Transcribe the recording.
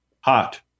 hot